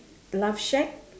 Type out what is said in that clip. love shack